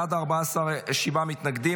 בעד, 14, שבעה מתנגדים.